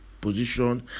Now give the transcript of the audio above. position